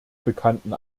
bekannten